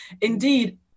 indeed